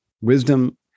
Wisdom